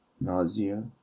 nausea